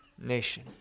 nation